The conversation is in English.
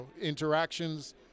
interactions